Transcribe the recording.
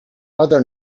other